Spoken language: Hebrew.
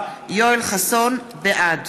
בעד